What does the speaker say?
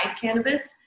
cannabis